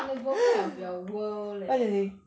你的 vocab of your world leh